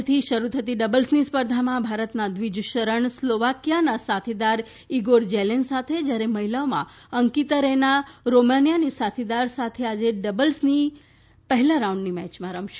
આજથી શરૂ થતી ડબલ્સની સ્પર્ધામાં ભારતના દ્વિજ શરણ સ્લોવાકીયાના સાથીદાર ઈગોર જેલેન સાથે જ્યારે મહિલાઓમાં અંકિતા રૈના રોમાનિયાની સાથીદાર સાથે આજે ડબલ્સની પહેલા રાઉન્ડની મેચમાં રમશે